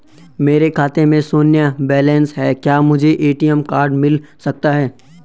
मेरे खाते में शून्य बैलेंस है क्या मुझे ए.टी.एम कार्ड मिल सकता है?